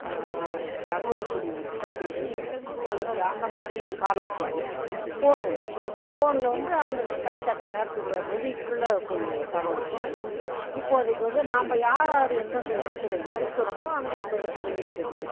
அந்த தகவல் குறி இவங்கக்கிட்ட போய் சேரும் அது அந்த மாதிரி காலம் போய் ஃபோனு வந்துது ஃபோனில் வந்து அந்த கை தட்டுற நேரத்துக்குள்ள நொடிக்குள்ள போய் தகவல் செல்லுச்சி இப்போது அதுக்கு வந்து நாம்ம யார் யார் எந்தந்த இடத்துல இருக்கிறோமோ அந்தந்த இடத்தில் இருந்துக்கின்னு